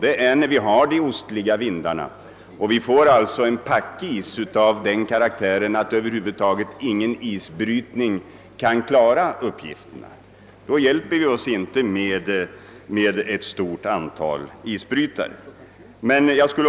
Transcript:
Det är när det blåser ostliga vindar och packisen blir av den arten att inga isbrytare kan klara uppgifterna. Då är vi ju inte hjälpta med ett stort antal isbrytare.